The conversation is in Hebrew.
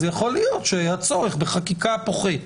אז יכול להיות שהצורך בחקיקה פוחת.